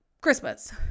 Christmas